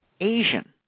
Asian